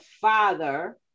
father